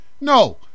No